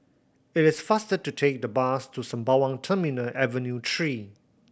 it is faster to take the bus to Sembawang Terminal Avenue Three